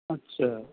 আচ্ছা